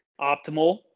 optimal